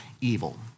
evil